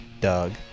Doug